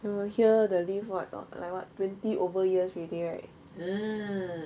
here the lift what or like what twenty over years already right